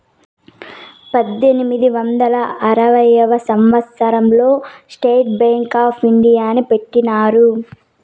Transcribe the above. పద్దెనిమిది వందల ఆరవ సంవచ్చరం లో స్టేట్ బ్యాంక్ ఆప్ ఇండియాని పెట్టినారు